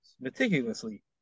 meticulously